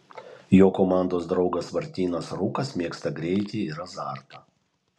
jo komandos draugas martynas rūkas mėgsta greitį ir azartą